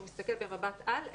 כשהוא מסתכל במבט על,